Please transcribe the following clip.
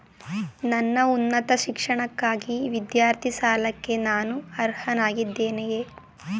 ನನ್ನ ಉನ್ನತ ಶಿಕ್ಷಣಕ್ಕಾಗಿ ವಿದ್ಯಾರ್ಥಿ ಸಾಲಕ್ಕೆ ನಾನು ಅರ್ಹನಾಗಿದ್ದೇನೆಯೇ?